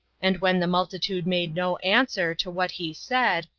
and when the multitude made no answer to what he said,